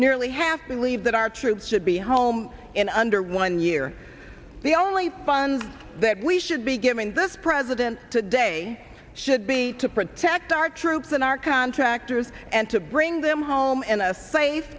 nearly half believe that our troops should be home in under one year the only fund that we should be giving this president today should be to protect our troops and our contractors and to bring them home in a safe